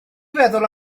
feddwl